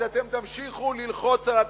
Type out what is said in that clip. אז אתם תמשיכו ללחוץ על התקציב.